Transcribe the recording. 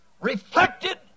reflected